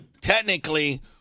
technically